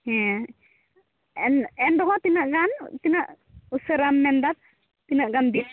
ᱦᱮᱸ ᱮᱱ ᱮᱱᱨᱮᱦᱚᱸ ᱛᱤᱱᱟᱹᱜ ᱜᱟᱱ ᱛᱤᱱᱟᱹᱜ ᱩᱥᱟᱹᱨᱟᱢ ᱢᱮᱱᱫᱟ ᱛᱤᱱᱟᱹᱜ ᱜᱟᱱ